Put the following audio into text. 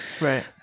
Right